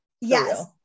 yes